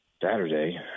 Saturday